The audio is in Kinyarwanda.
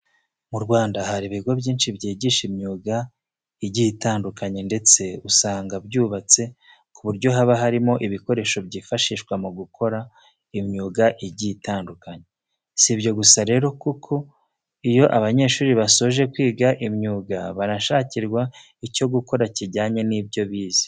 Mu Rwanda hari ibigo byinshi byigisha imyuga igiye itandukanye ndetse usanga byubatse ku buryo haba harimo ibikoresho byifashishwa mu gukora imyuga igiye itandukanye. Si ibyo gusa rero kuko iyo abanyeshuri basoje kwiga imyuga banashakirwa icyo gukora kijyanye n'ibyo bize.